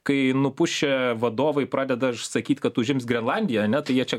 kai nupušę vadovai pradeda sakyt kad užims grenlandiją ane tai jie čia